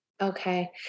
Okay